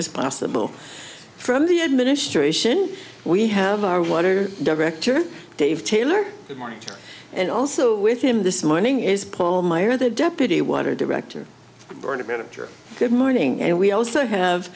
as possible from the administration we have our water director dave taylor and also with him this morning is paul meyer the deputy water director bernard manager good morning and we also have